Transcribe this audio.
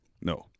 No